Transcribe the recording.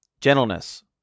gentleness